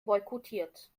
boykottiert